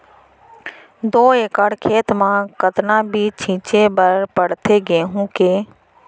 दो एकड़ खेत म कतना बीज छिंचे बर पड़थे गेहूँ के?